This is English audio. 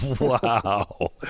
wow